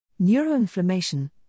Neuroinflammation